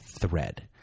thread